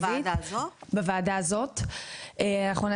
מעבר לזה, את